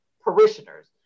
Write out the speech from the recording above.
parishioners